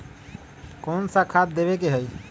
कोन सा खाद देवे के हई?